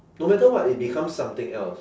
no matter what it becomes something else